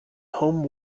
home